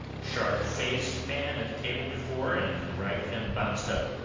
sharp-faced man at a table before and to the right of him bounced up.